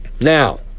now